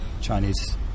Chinese